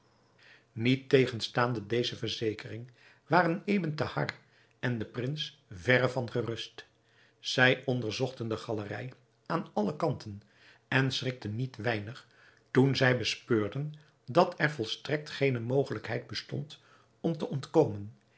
niettegenstaande deze verzekering waren ebn thahar en de prins verre van gerust zij onderzochten de galerij aan alle kanten en schrikten niet weinig toen zij bespeurden dat er volstrekt geene mogelijkheid bestond om te ontkomen